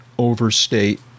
overstate